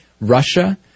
Russia